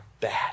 bad